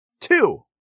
Two